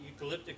eucalyptic